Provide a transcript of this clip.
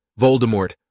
Voldemort